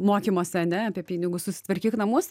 mokymuose ane apie pinigus susitvarkyk namus